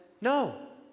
No